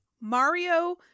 Mario